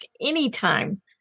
anytime